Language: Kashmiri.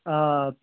آ